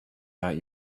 out